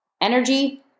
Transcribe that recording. energy